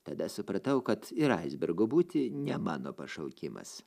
tada supratau kad ir aisbergu būti ne mano pašaukimas